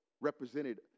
represented